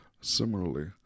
Similarly